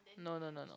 no no no no